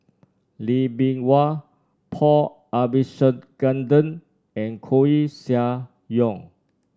Lee Bee Wah Paul Abisheganaden and Koeh Sia Yong